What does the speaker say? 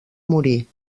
morir